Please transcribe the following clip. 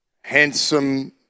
handsome